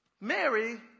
Mary